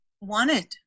wanted